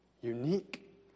unique